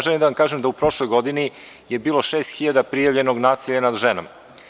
Želim da vam kažem da u prošloj godini je bilo šest hiljada prijavljenih nasilja nad ženama.